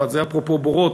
זה אפרופו בורות,